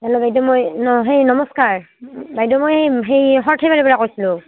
hello বাইদেউ মই সেই নমস্কাৰ বাইদেউ মই এই সেই সৰ্থেবাৰীৰপৰা কৈছিলোঁ